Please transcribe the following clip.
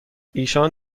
ایشان